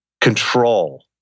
control